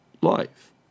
life